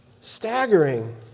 staggering